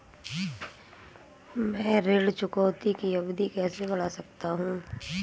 मैं ऋण चुकौती की अवधि कैसे बढ़ा सकता हूं?